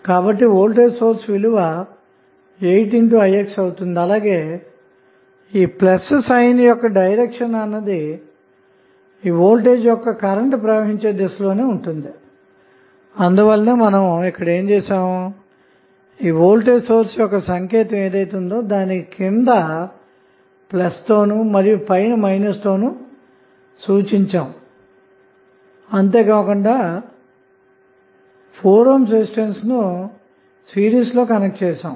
కాబట్టి voltage source విలువ 8i x అవుతుంది అలాగే ప్లస్ సైన్ యొక్క డైరెక్షన్ అన్నది ఈ వోల్టేజ్ యొక్క కరెంట్ ప్రవాహించే దిశలోనే ఉంటుంది అందువలనే వోల్టేజ్ సోర్స్ సంకేతం అన్నది క్రింది ప్లస్ గాను మరియు పైన మైనస్ గాను సూచించటమే కాకుండా 4ohm రెసిస్టెన్స్ తో సిరీస్లో కనెక్ట్ చేసాము